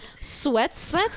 sweats